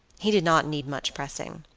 he did not need much pressing.